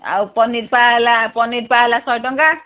ଆଉ ପନିର୍ ପା ହେଲା ପନିର ପା ହେଲା ଶହେ ଟଙ୍କା